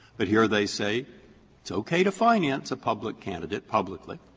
but here they say it's okay to finance a public candidate publicly,